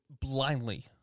blindly